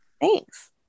Thanks